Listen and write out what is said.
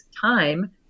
time